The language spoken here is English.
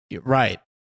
Right